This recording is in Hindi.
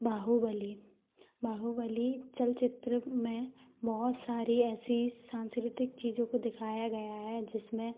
बाहुबली बाहुबली चलचित्र में बहुत सारी ऐसी सांस्कृतिक चीजो को दिखाया गया है जिसमें